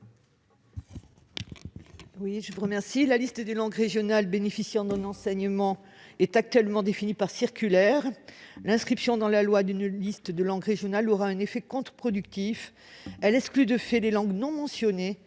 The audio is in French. de la commission ? La liste des langues régionales bénéficiant d'un enseignement est actuellement définie par circulaire. L'inscription dans la loi d'une telle liste aurait un effet contre-productif, car elle exclurait, de fait, les langues non mentionnées.